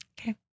Okay